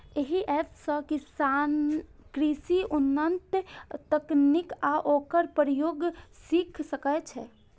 एहि एप सं किसान कृषिक उन्नत तकनीक आ ओकर प्रयोग सीख सकै छै